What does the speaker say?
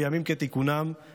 וביום אחד